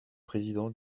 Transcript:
président